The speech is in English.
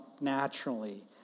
naturally